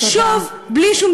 תודה.